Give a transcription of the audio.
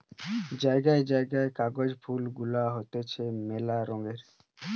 জায়গায় জায়গায় কাগজ ফুল গুলা হতিছে মেলা রঙের